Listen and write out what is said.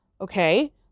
Okay